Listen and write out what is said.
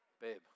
babe